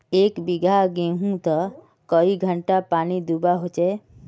एक बिगहा गेँहूत कई घंटा पानी दुबा होचए?